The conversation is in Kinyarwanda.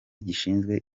gishinzwe